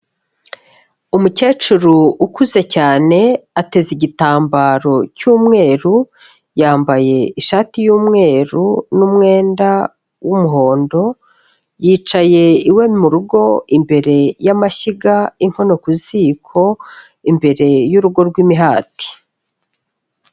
Umukecuru ukuze cyane, ateze igitambaro cy'umweru, yambaye ishati y'umweru n'umwenda w'umuhondo, yicaye iwe mu rugo imbere y'amashyiga, inkono ku ziko imbere y'urugo rw'imihati.